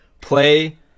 Play